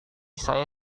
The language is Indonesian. saya